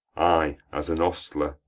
ay, as an ostler,